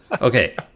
Okay